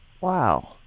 Wow